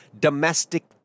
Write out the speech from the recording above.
domestic